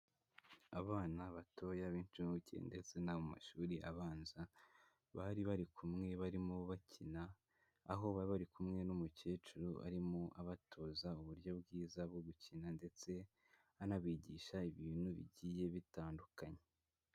Abana batoya b'inshuke ndetse no mu mashuri abanza bari bari kumwe barimo bakina, aho bari bari kumwe n'umukecuru arimo abatoza uburyo bwiza bwo gukina ndetse anabigisha ibintu bigiye bitandukanye.